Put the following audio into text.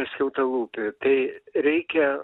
skiautalūpį tai reikia